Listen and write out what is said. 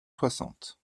soixante